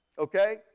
Okay